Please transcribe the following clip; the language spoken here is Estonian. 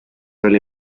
oli